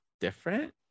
different